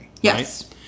Yes